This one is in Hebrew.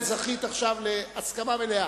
הנה, זכית עכשיו להסכמה מלאה.